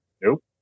Nope